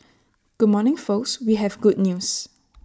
good morning folks we have good news